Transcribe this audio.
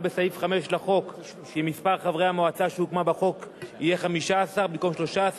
בסעיף 5 לחוק כי מספר חברי המועצה שהוקמה בחוק יהיה 15 במקום 13,